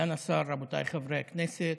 סגן השר, רבותיי חברי הכנסת,